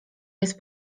jest